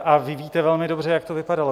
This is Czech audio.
A vy víte velmi dobře, jak to vypadalo.